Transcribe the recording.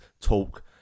talk